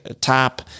top